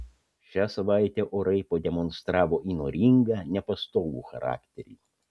šią savaitę orai pademonstravo įnoringą nepastovų charakterį